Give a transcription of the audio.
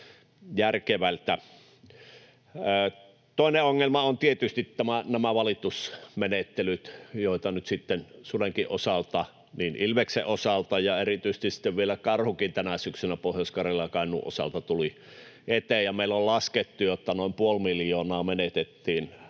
Toinen ongelma ovat tietysti valitusmenettelyt, joita nyt sitten sudenkin osalta, samoin ilveksen osalta ja erityisesti vielä karhunkin osalta tänä syksynä Pohjois-Karjalassa ja Kainuussa tuli eteen. Meillä on laskettu, että meidän matkailuyrittäjät